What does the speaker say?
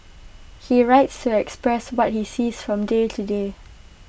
he writes to express what he sees from day to day